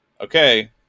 okay